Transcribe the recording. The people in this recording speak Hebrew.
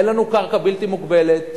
אין לנו קרקע בלתי מוגבלת,